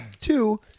Two